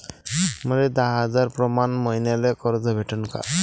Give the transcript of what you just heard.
मले दहा हजार प्रमाण मईन्याले कर्ज भेटन का?